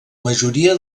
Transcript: majoria